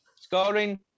Scoring